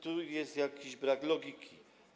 Tu jest jakiś brak logiki.